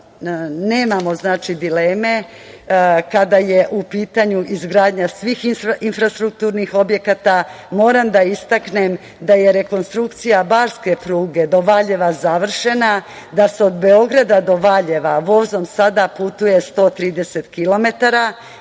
nemamo dileme kada je u pitanju izgradnja svih infrastrukturnih objekata. Moram da istaknem da je rekonstrukcija barske pruge do Valjeva završena, da se od Beograda do Valjeva vozom sada putuje 130